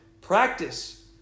Practice